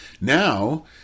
Now